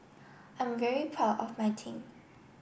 I'm very proud of my team